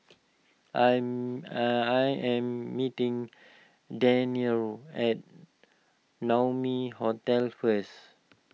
I'm and I am meeting Daniel at Naumi Hotel first